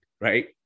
right